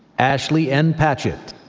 ashley n. patchett,